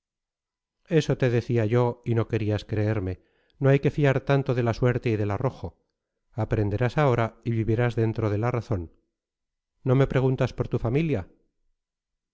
eso te decía yo y no querías creerme no hay que fiar tanto de la suerte y del arrojo aprenderás ahora y vivirás dentro de la razón no me preguntas por tu familia